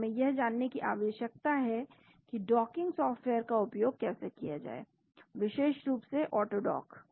तो हमें यह जानने की आवश्यकता है कि डॉकिंग सॉफ़्टवेयर का उपयोग कैसे किया जाए विशेष रूप से ऑटोडॉक